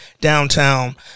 downtown